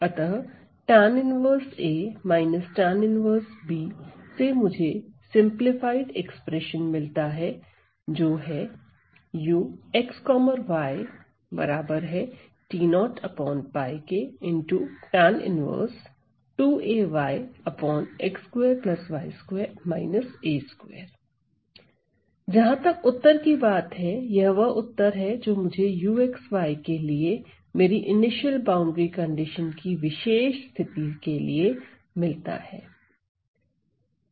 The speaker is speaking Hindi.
अतः tan 1a tan 1b से मुझे सिंपलीफाइड एक्सप्रेशन मिलता है जो है जहां तक उत्तर की बात है यह वह उत्तर है जो मुझे uxy के लिए मेरी इनिशियल बाउंड्री कंडीशन की विशेष स्थिति के लिए मिलता है